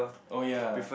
oh ya